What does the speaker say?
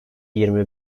yirmi